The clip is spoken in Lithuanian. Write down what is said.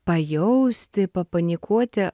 pajausti papanikuoti